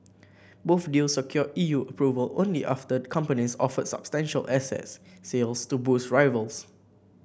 both deals secured E U approval only after the companies offered substantial asset sales to boost rivals